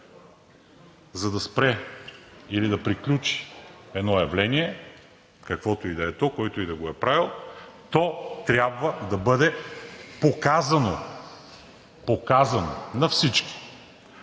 за да спре, за да приключи едно явление, каквото и да е то, който и да го е правил, то трябва да бъде показано на всички.